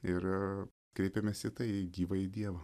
ir kreipėmės į tai į gyvąjį dievą